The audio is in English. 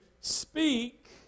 speak